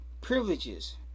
privileges